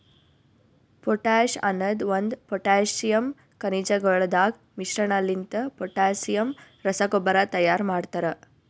potash ಅನದ್ ಒಂದು potassium ಖನಿಜಗೊಳದಾಗ್ ಮಿಶ್ರಣಲಿಂತ ಪೊಟ್ಯಾಸಿಯಮ್ ರಸಗೊಬ್ಬರ ತೈಯಾರ್ ಮಾಡ್ತರ